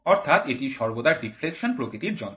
অর্থাৎ এটি সর্বদা ডিফ্লেকশন প্রকৃতির যন্ত্র